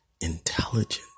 intelligent